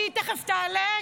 כי תכף היא תעלה,